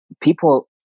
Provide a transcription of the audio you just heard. people